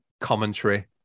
commentary